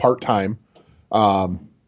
part-time